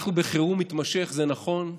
אנחנו בחירום מתמשך, זה נכון,